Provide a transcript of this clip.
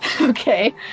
Okay